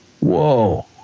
whoa